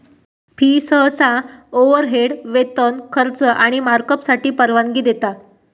fee सहसा overhead, वेतन, खर्च आणि मार्कअपसाठी परवानगी देता